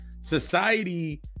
Society